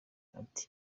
ati